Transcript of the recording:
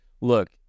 look